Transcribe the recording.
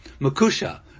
Makusha